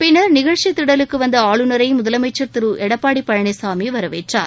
பின்னர் நிகழ்ச்சி திடலுக்கு வந்த ஆளுநளர முதலமைச்சர் திரு எடப்பாடி பழனிசாமி வரவேற்றார்